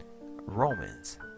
Romans